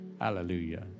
Hallelujah